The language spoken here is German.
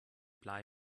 blei